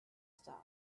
stuff